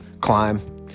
climb